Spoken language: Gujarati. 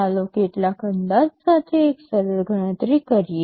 ચાલો કેટલાક અંદાજ સાથે એક સરળ ગણતરી કરીએ